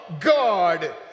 God